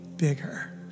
bigger